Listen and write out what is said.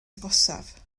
agosaf